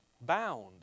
Bound